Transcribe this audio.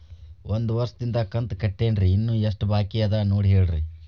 ಒಂದು ವರ್ಷದಿಂದ ಕಂತ ಕಟ್ಟೇನ್ರಿ ಇನ್ನು ಎಷ್ಟ ಬಾಕಿ ಅದ ನೋಡಿ ಹೇಳ್ರಿ